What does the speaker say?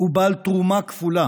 הוא בעל תרומה כפולה